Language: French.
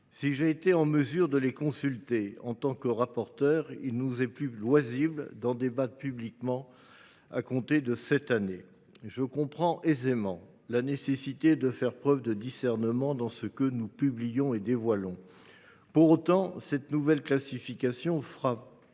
Si j’ai été en mesure de les consulter en tant que rapporteur spécial, il ne nous est plus loisible d’en débattre publiquement à compter de cette année. Je comprends aisément la nécessité de faire preuve de discernement dans ce que nous publions et dévoilons. Néanmoins, cette nouvelle classification frappe,